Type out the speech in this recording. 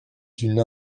d’une